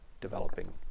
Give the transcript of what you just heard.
developing